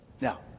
Now